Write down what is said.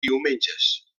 diumenges